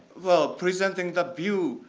well, presenting the view,